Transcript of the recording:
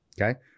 okay